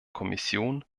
kommission